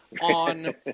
on